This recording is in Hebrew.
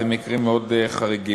שזה במקרים מאוד חריגים.